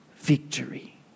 victory